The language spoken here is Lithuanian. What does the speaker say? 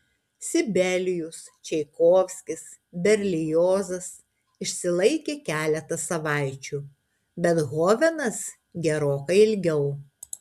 sibelijus čaikovskis berliozas išsilaikė keletą savaičių bethovenas gerokai ilgiau